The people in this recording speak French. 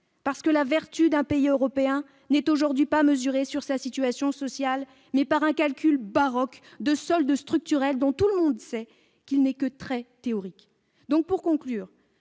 Parce que la vertu d'un pays européen n'est pas mesurée par sa situation sociale, mais par un calcul baroque de solde structurel, dont tout le monde sait qu'il n'est que très théorique. Pour conclure,